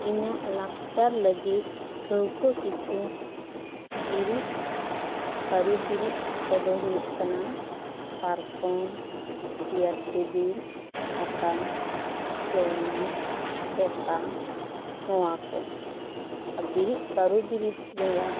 ᱤᱧᱟ ᱜ ᱞᱟᱠᱪᱟᱨ ᱞᱟᱹᱜᱤᱫ ᱴᱷᱟᱹᱣᱠᱟᱹ ᱠᱤᱪᱷᱩ ᱵᱤᱨᱤᱫ ᱠᱟᱹᱨᱩ ᱵᱤᱨᱤᱫ ᱠᱚᱫᱚ ᱦᱩᱭᱩᱜ ᱠᱟᱱᱟ ᱯᱟᱨᱠᱚᱢ ᱪᱮᱭᱟᱨ ᱴᱮᱵᱤᱞ ᱦᱟᱴᱟᱜ ᱡᱚᱱᱚᱜ ᱴᱷᱮᱠᱟ ᱱᱚᱣᱟ ᱠᱚ ᱵᱤᱨᱤᱫ ᱠᱟᱹᱨᱩ ᱵᱤᱨᱤᱫ ᱠᱚ ᱨᱮᱭᱟᱜ